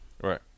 Right